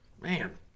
man